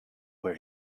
where